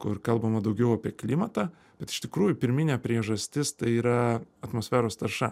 kur kalbama daugiau apie klimatą bet iš tikrųjų pirminė priežastis tai yra atmosferos tarša